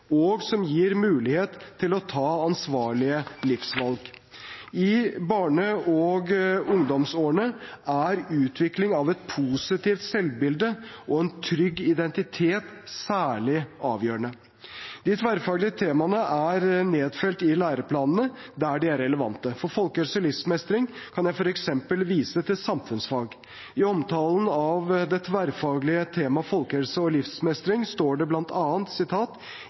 og fysisk helse, og som gir mulighet til å ta ansvarlige livsvalg. I barne- og ungdomsårene er utvikling av et positivt selvbilde og en trygg identitet særlig avgjørende. De tverrfaglige temaene er nedfelt i læreplanene der de er relevante. For folkehelse og livsmestring kan jeg f.eks. vise til samfunnsfag. I omtalen av det tverrfaglige temaet folkehelse og livsmestring står det